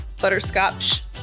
butterscotch